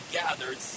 gathered